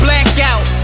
Blackout